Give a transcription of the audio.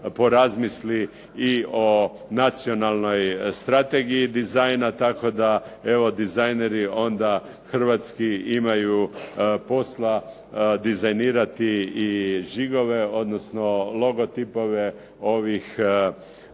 porazmisli i o Nacionalnoj strategiji dizajna. Tako da evo dizajneri onda hrvatski imaju posla dizajnirati i žigove odnosno logotipove ovih